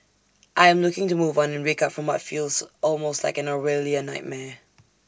I am looking to move on and wake up from my feels almost like an Orwellian nightmare